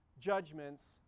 judgments